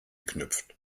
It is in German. knüpft